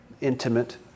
intimate